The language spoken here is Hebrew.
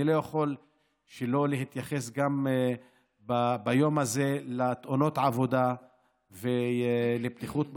אני לא יכול שלא להתייחס ביום הזה גם לתאונות העבודה ולבטיחות בעבודה.